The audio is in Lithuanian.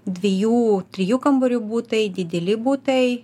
dviejų trijų kambarių butai dideli butai